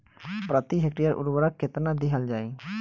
प्रति हेक्टेयर उर्वरक केतना दिहल जाई?